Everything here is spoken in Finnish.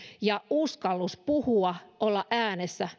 ja uskallus puhua olla äänessä